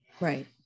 Right